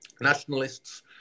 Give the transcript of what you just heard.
nationalists